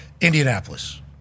Indianapolis